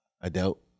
Adult